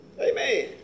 Amen